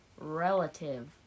relative